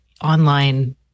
online